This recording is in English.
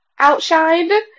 outshined